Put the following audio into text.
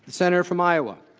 center from iowa,